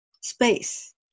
space